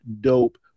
dope